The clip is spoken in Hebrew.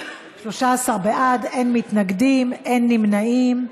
13 בעד, אין מתנגדים ואין נמנעים.